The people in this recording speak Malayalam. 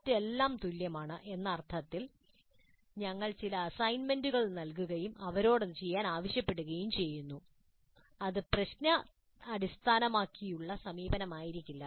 മറ്റെല്ലാം തുല്യമാണ് എന്ന അർത്ഥത്തിൽ ഞങ്ങൾ ചില അസൈൻമെന്റുകൾ നൽകുകയും അവരോട് ചെയ്യാൻ ആവശ്യപ്പെടുകയും ചെയ്യുന്നു അത് പ്രശ്ന അടിസ്ഥാനമാക്കിയുള്ള സമീപനമായി മാറില്ല